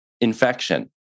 infection